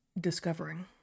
discovering